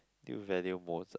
do you value most